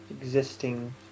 existing